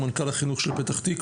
סמנכ"ל החינוך של פ"ת,